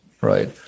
Right